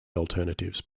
alternatives